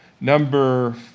Number